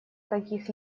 каких